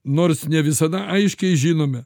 nors ne visada aiškiai žinome